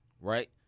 right